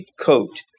coat